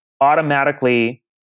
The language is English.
automatically